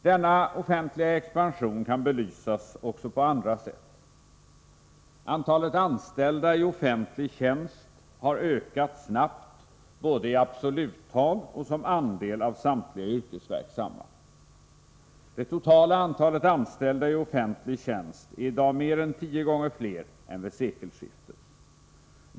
Denna offentliga expansion kan belysas också på andra sätt. Antalet anställda i offentlig tjänst har ökat snabbt både i absoluta tal och som andel av samtliga yrkesverksamma. Det totala antalet anställda i offentlig tjänst är i dag mer än tio gånger större än vid sekelskiftet.